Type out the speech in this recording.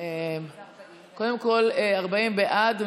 40 בעד,